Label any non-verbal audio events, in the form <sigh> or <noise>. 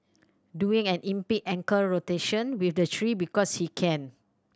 doing an <unintelligible> ankle rotation with the tree because he can